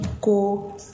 go